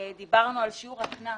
דיברנו על שיעור הקנס.